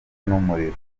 n’umuriro